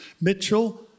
Mitchell